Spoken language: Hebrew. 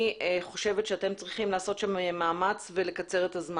חושבת שאתם צריכים לעשות שם מאמץ ולקצר את הזמן.